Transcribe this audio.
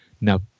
Now